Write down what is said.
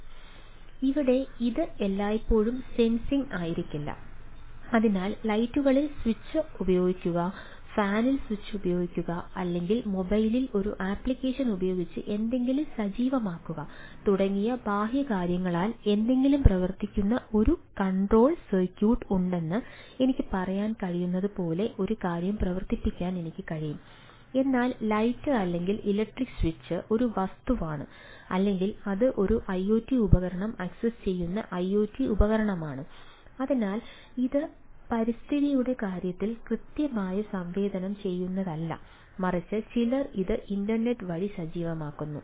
അതിനാൽ ഇവിടെ ഇത് എല്ലായ്പ്പോഴും സെൻസിംഗ് വഴി സജീവമാക്കുന്നു